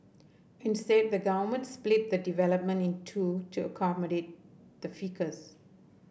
instead the government split the development in two to accommodate the ficus